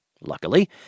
Luckily